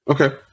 Okay